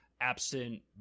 Absent